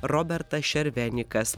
robertas šervenikas